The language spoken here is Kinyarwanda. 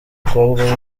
umukobwa